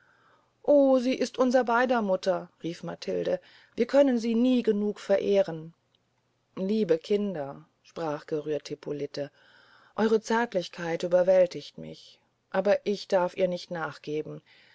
o sie ist unser beyder mutter rief matilde wir können sie nie genug verehren geliebte kinder sprach gerührt hippolite eure zärtlichkeit überwältigt mich aber ich darf ihr nicht nachgeben